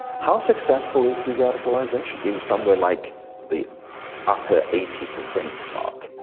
how successful is de-radicalization? in somewhere like the upper eighty percent mark.